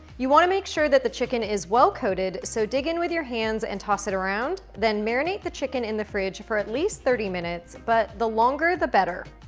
you want to make sure that the chicken is well coated, so dig in with your hands and toss it around. then marinate the chicken in the fridge for at least thirty minutes, but the longer the better.